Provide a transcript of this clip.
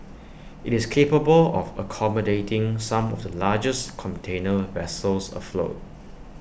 IT is capable of accommodating some of the largest container vessels afloat